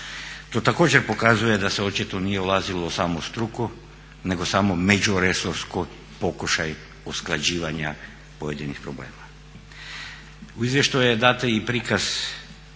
To također pokazuje da se očito nije ulazilo u samu struku nego samo međuresorni pokušaj usklađivanja pojedinih problema. U izvještaju je dat i prikaz